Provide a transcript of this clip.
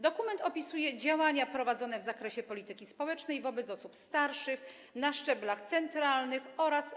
Dokument opisuje działania prowadzone w zakresie polityki społecznej wobec osób starszych na szczeblach centralnym oraz